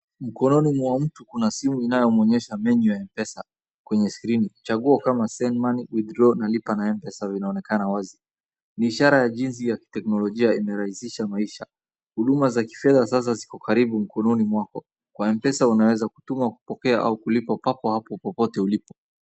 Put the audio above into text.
Mkononi mwa mtu kuna simu inayomwonyesha menu ya Mpesa kwenye screen. Chaguo kama, send money, withdraw na lipa na Mpesa vinaonekana wazi. Ni ishara ya jinsi ya teknolojia imerahisisha maisha. Huduma za kifedha sasa ziko karibu mikononi mwako, kwa mpesa unaweza kutuma ,kupokea au kulipa papo hapo.